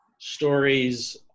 stories